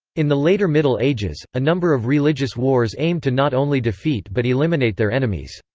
in the later middle ages, a number of religious wars aimed to not only defeat but eliminate their enemies.